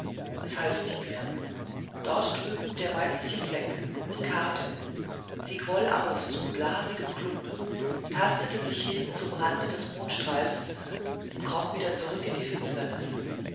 es half nicht mehr dort drüben der weißliche fleck die karte sie quoll auf zu blasigem klumpen tastete sich hin zum rande des mondstreifens und kroch wieder zurück in die finsternis